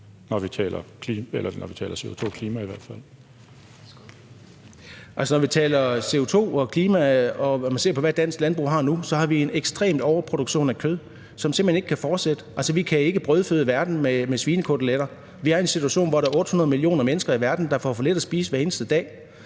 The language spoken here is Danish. Værsgo. Kl. 12:01 Søren Egge Rasmussen (EL): Når vi taler CO2 og klima, og når man ser på, hvad dansk landbrug har nu, så har vi en ekstrem overproduktion af kød, som simpelt hen ikke kan fortsætte. Altså, vi kan ikke brødføde verden med svinekoteletter. Vi er i en situation, hvor der er 800 millioner mennesker i verden, der får for lidt at spise hver eneste dag.